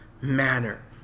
manner